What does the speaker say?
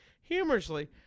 Humorously